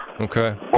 Okay